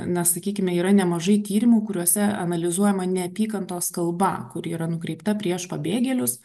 na sakykime yra nemažai tyrimų kuriuose analizuojama neapykantos kalba kuri yra nukreipta prieš pabėgėlius